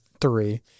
three